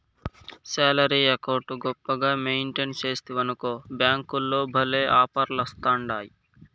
salary account గొప్పగా maintain సేస్తివనుకో బ్యేంకోల్లు భల్లే ఆపర్లిస్తాండాయి